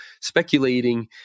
speculating